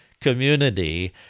community